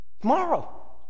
Tomorrow